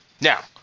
Now